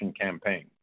campaign